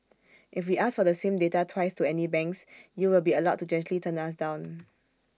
if we ask for the same data twice to any banks you will be allowed to gently turn us down